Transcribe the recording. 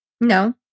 No